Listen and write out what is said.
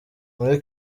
muri